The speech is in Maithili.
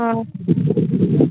हँ पानि जमा